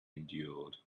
endured